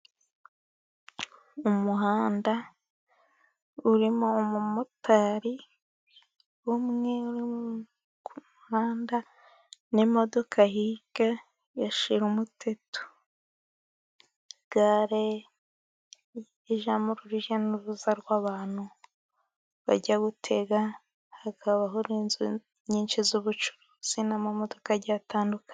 Umuhanda urimo umumotari umwe uri ku muhanda n'imodoka hirya ya shirumuteto. Gare ijyamo urujya n'uruza rw'abantu bajya gutega hakabaho n'inzu nyinshi z'ubucuruzi n'amamodoka agiye atandukanye.